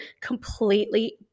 completely